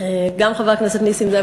גם חבר הכנסת נסים זאב,